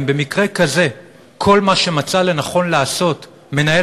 אם במקרה כזה כל מה שמצא לנכון לעשות מנהל